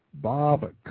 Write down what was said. Bob